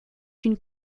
une